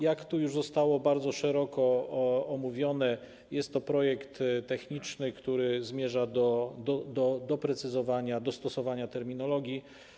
Jak to już zostało bardzo szeroko omówione, jest to projekt techniczny, który zmierza do doprecyzowania, dostosowania terminologii.